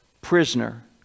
prisoner